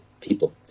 people